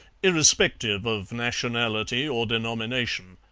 irrespective of nationality or denomination.